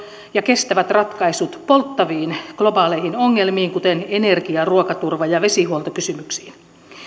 ja kestävät ratkaisut polttaviin globaaleihin ongelmiin kuten energia ruokaturva ja vesihuoltokysymyksiin